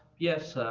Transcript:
yes.